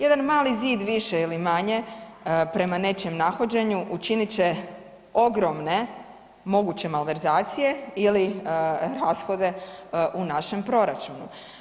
Jedan mali zid više ili manje prema nečijem nahođenju učinit će ogromne moguće malverzacije ili rashode u našem proračunu.